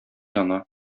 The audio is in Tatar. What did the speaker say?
яна